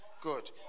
good